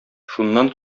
шуннан